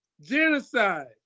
Genocide